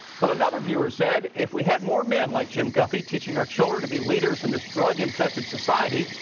but another viewer said. if we had more men like jim guffey teaching our children to be leaders in this drug infested society,